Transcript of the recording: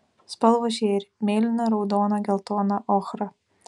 spalvos žėri mėlyna raudona geltona ochra